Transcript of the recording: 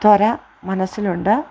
തൊര മനസ്സിലുണ്ട്